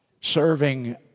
serving